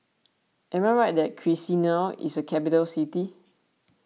am I right that Chisinau is a capital city